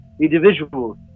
individuals